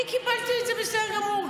אני קיבלתי את זה בסדר גמור,